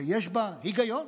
שיש בה היגיון,